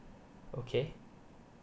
okay